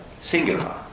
singular